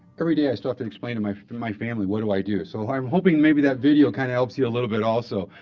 everyday, i still have to explain to my to my family what do i do. so i'm hoping maybe that video kind of helps you a little bit, also.